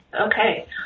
Okay